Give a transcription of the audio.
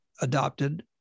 adopted